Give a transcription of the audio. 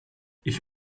ich